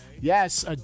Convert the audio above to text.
yes